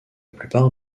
plupart